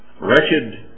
wretched